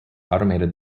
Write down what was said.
automated